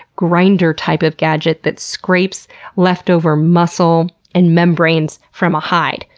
grinder-type of gadget that scrapes leftover muscle and membranes from a hide.